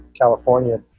California